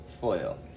foil